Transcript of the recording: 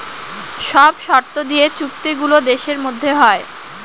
সব শর্ত দিয়ে চুক্তি গুলো দেশের মধ্যে হয়